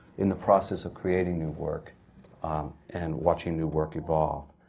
in the process of creating new work and watching new work evolve.